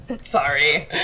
Sorry